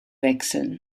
wechseln